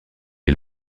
est